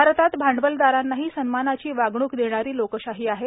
भारतात भांडवलदारांनाही सन्मानाची वागण्क देणारी लोकशाही आहे